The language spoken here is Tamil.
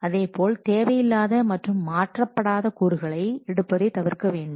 அதேபோல் தேவையில்லாத மற்றும் மாற்றப்படாத கூறுகளை எடுப்பதை தவிர்க்க வேண்டும்